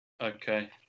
Okay